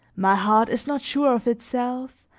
my heart is not sure of itself,